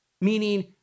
meaning